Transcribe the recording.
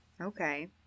Okay